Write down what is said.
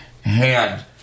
hand